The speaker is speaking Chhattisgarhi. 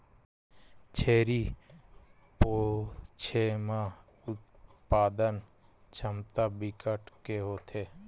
छेरी पोछे म उत्पादन छमता बिकट के होथे